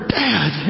dad